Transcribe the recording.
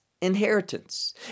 inheritance